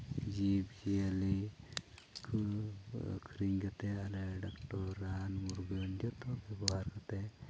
ᱡᱤᱵᱽᱼᱡᱤᱭᱟᱹᱞᱤ ᱠᱚ ᱟᱹᱠᱷᱨᱤᱧ ᱠᱟᱛᱮᱫ ᱟᱞᱮ ᱰᱚᱠᱴᱚᱨ ᱨᱟᱱ ᱢᱩᱨᱜᱟᱹᱱ ᱡᱚᱛᱚ ᱵᱮᱵᱚᱦᱟᱨ ᱠᱟᱛᱮᱫ